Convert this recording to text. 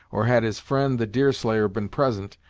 or had his friend the deerslayer been present,